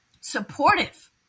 supportive